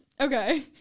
Okay